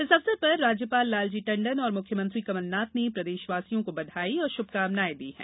इस अवसर पर राज्यपाल लालजी टंडन और मुख्यमंत्री कमलनाथ ने प्रदेशवासियों को बधाई और शुभकामनाएं दी है